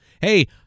Hey